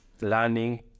learning